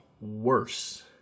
worse